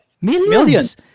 Millions